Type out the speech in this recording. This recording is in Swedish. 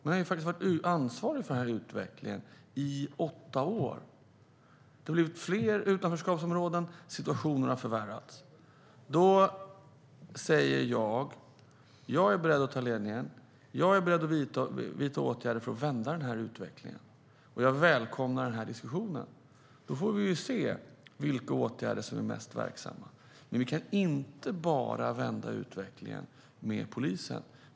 Ni har ju faktiskt varit ansvariga för den här utvecklingen i åtta år. Det har blivit fler utanförskapsområden, och situationen har förvärrats. Då säger jag att jag är beredd att ta ledningen. Jag är beredd att vidta åtgärder för att vända den här utvecklingen, och jag välkomnar den här diskussionen. Vi får se vilka åtgärder som är mest verksamma. Men vi kan inte vända utvecklingen bara med polisen.